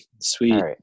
Sweet